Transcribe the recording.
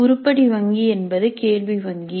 உருப்படி வங்கி என்பது கேள்வி வங்கி